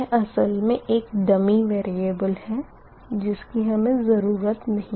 वह असल मे एक डम्मी वेरिएबल है जिसकी हमें ज़रूरत नही